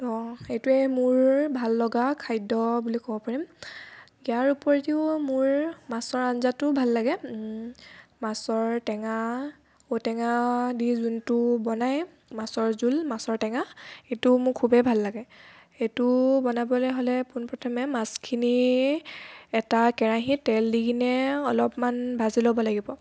ত' এইটোৱে মোৰ ভাল লগা খাদ্য বুলি ক'ব পাৰিম ইয়াৰ উপৰিও মোৰ মাছৰ আঞ্জাটোও ভাল লাগে মাছৰ টেঙা ঔ টেঙা দি যোনটো বনাই মাছৰ জোল মাছৰ টেঙা সেইটোও মোৰ খুবেই ভাল লাগে সেইটো বনাবলৈ হ'লে পোনপ্ৰথমে মাছখিনি এটা কেৰাহীত তেল দিকেনে অলপমান ভাজি ল'ব লাগিব